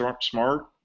smart